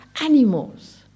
animals